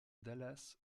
dallas